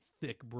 thick